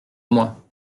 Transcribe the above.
moi